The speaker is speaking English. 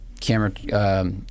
camera